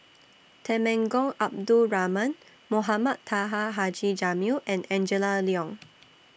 Temenggong Abdul Rahman Mohamed Taha Haji Jamil and Angela Liong